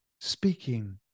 speaking